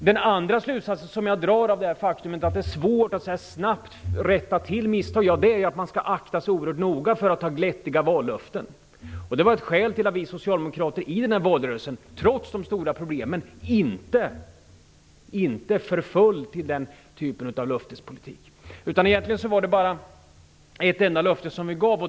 Den andra slutsats som jag drar av det faktum att det är svårt att rätta till misstagen är att man oerhört noga skall akta sig för att ge glättiga vallöften. Det var ett skäl till att vi socialdemokrater i valrörelsen, trots de stora problemen, inte förföll till den typen av löftespolitik. Egentligen var det bara ett enda löfte som vi gav.